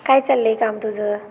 काय चालले आहे काम तुझं